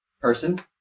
person